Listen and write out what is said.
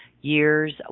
years